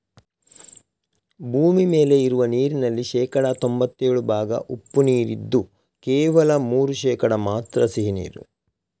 ಭೂಮಿ ಮೇಲೆ ಇರುವ ನೀರಿನಲ್ಲಿ ಶೇಕಡಾ ತೊಂಭತ್ತೇಳು ಭಾಗ ಉಪ್ಪು ನೀರಿದ್ದು ಕೇವಲ ಮೂರು ಶೇಕಡಾ ಮಾತ್ರ ಸಿಹಿ ನೀರು